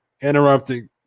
interrupting